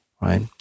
right